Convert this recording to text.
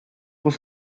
was